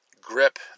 grip